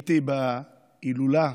כמה דקות לפני שהכול התרחש.